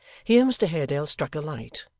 here mr haredale struck a light,